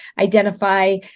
identify